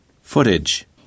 Footage